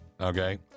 okay